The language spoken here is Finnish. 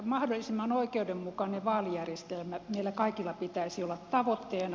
mahdollisimman oikeudenmukainen vaalijärjestelmä meillä kaikilla pitäisi olla tavoitteena